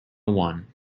one